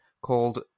called